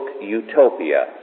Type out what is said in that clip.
Utopia